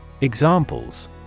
Examples